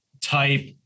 type